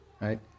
right